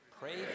Pray